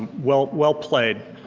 well well played.